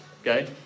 Okay